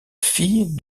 fille